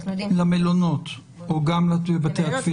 למלונות או גם לבתי התפילה?